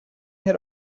had